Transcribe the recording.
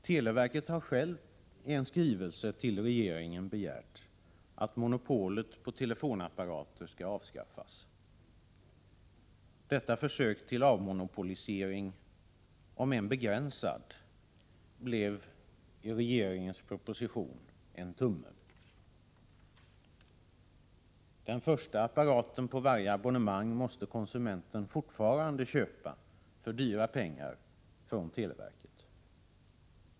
Televerket har självt i en skrivelse till regeringen begärt att monopolet på telefonapparater skall avskaffas. Detta försök till avmonopolisering — om än begränsad — blev i regeringens proposition en ”tumme”. Den första apparaten på varje abonnemang måste konsumenten fortfarande köpa för dyra pengar från televerket.